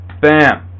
bam